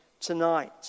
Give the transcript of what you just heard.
tonight